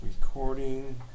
recording